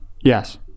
Yes